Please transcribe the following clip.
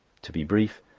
to be brief,